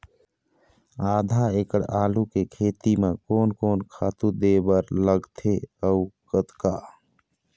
आधा एकड़ आलू के खेती म कोन कोन खातू दे बर लगथे अऊ कतका?